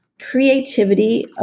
creativity